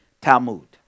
Talmud